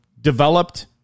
developed